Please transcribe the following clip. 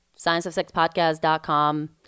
scienceofsexpodcast.com